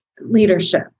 leadership